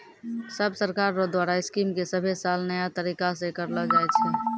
सब सरकार रो द्वारा स्कीम के सभे साल नया तरीकासे करलो जाए छै